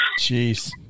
Jeez